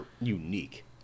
unique